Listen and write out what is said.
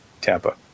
tampa